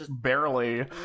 barely